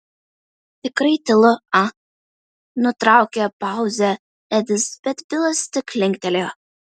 tikrai tylu a nutraukė pauzę edis bet bilas tik linktelėjo